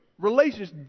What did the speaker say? relationships